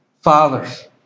fathers